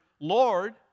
Lord